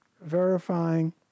verifying